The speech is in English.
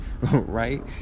right